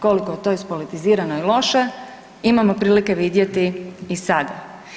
Koliko je to ispolitizirano i loše imamo prilike vidjeti i sada.